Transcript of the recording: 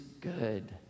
good